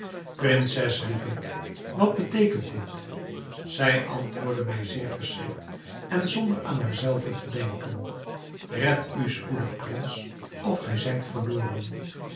prinses riep ik wat beteekent dit zij antwoordde mij zeer verschrikt en zonder aan haar zelve te denken red u spoedig prins of gij zijt verloren